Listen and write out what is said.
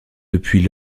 depuis